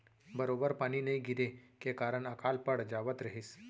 बरोबर पानी नइ गिरे के कारन अकाल पड़ जावत रहिस